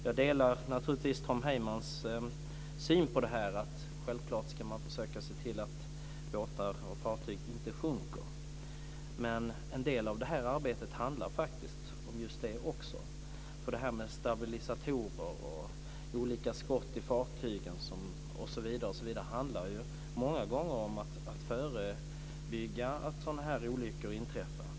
Jag delar naturligtvis Tom Heymans syn att man självklart ska se till att båtar och fartyg inte sjunker. En del av det här arbetet handlar faktiskt just om detta också, för detta med stabilisatorer, olika skott i fartygen osv. handlar ju många gånger om att förebygga att olyckor inträffar.